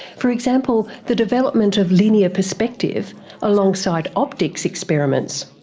for example the development of linear perspective alongside optics experiments,